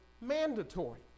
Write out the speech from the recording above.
mandatory